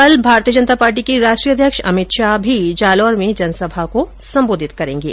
कल भारतीय जनता पार्टी के राष्ट्रीय अध्यक्ष अमित शाह भी जालौर में जनसभा को संबोधित करेंगे